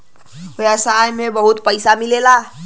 व्यवसाय में बहुत पइसा मिलेला